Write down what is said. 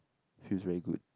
feels very good